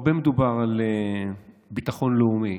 הרבה מדובר על ביטחון לאומי,